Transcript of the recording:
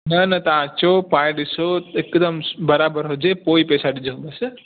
न न तव्हां अचो पाए ॾिसो हिकदमि बराबरु हुजे पोइ ई पैसा ॾिजो बस